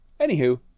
anywho